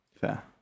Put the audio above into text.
fair